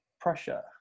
pressure